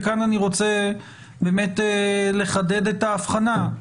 וכאן אני רוצה באמת לחדד את הבחנה.